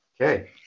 Okay